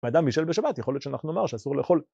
בן אדם בישל בשבת, יכול להיות שאנחנו נאמר שאסור לאכול.